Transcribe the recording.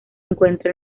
encuentra